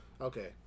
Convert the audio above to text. okay